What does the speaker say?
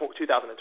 2012